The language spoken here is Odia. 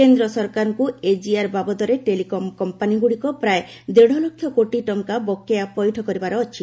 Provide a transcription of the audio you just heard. କେନ୍ଦ୍ର ସରକାରଙ୍କୁ ଏଜିଆର୍ ବାବଦରେ ଟେଲିକମ୍ କମ୍ପାନିଗୁଡ଼ିକ ପ୍ରାୟ ଦେଢ଼ଲକ୍ଷ କୋଟି ଟଙ୍କା ବକେୟା ପଇଠ କରିବାର ଅଛି